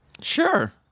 Sure